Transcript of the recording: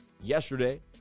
yesterday